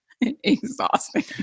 exhausting